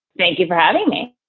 thank you for having me.